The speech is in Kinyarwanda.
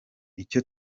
icyo